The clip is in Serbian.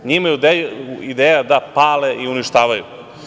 Njima je ideja da pale i uništavaju.